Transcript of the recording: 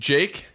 Jake